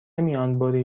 میانبری